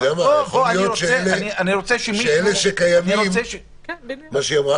פה אני רוצה שמישהו --- מה שהיא אמרה